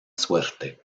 suerte